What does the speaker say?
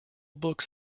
books